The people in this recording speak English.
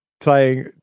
playing